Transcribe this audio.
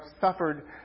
suffered